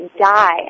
die